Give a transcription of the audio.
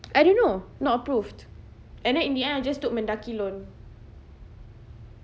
I don't know not approved and then in the end I just took MENDAKI loan